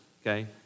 okay